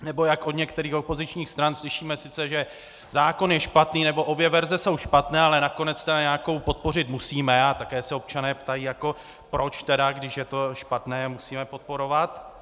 Nebo jak od některých opozičních stran slyšíme sice, že zákon je špatný, nebo obě verze jsou špatné, ale nakonec nějakou podpořit musíme, a také se občané ptají, proč tedy, když je to špatné, musíme podporovat.